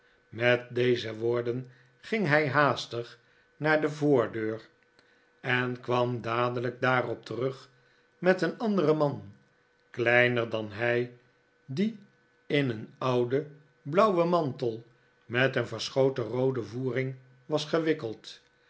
met deze woorden ging hij haastig naar de voordeur en kwam dadelijk daarop terug met een anderen man kleiner dan hij die in een ouden blauwen mantel met een verschoten roode voerihg was gewikkeld